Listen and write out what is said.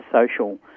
social